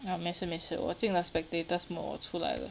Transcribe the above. orh 没事没事我进了 spectators mode 我出来的